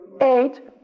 eight